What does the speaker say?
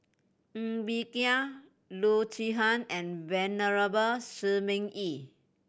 Ng Bee Kia Loo Zihan and Venerable Shi Ming Yi